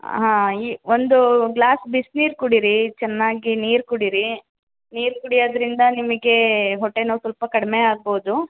ಹಾಂ ಈ ಒಂದು ಗ್ಲಾಸ್ ಬಿಸ್ನೀರು ಕುಡೀರಿ ಚೆನ್ನಾಗಿ ನೀರು ಕುಡೀರಿ ನೀರು ಕುಡಿಯೋದ್ರಿಂದ ನಿಮಗೆ ಹೊಟ್ಟೆ ನೋವು ಸ್ವಲ್ಪ ಕಡಿಮೆಯಾಗ್ಬೋದು